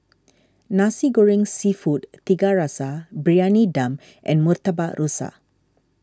Nasi Goreng Seafood Tiga Rasa Briyani Dum and Murtabak Rusa